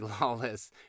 Lawless